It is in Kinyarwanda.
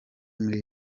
muri